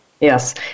Yes